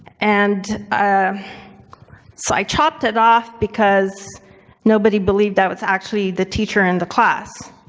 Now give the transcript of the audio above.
and so i chopped it off because nobody believed i was actually the teacher in the class.